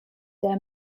their